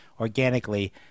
organically